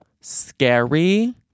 scary